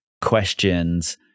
questions